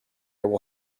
will